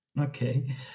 Okay